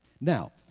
Now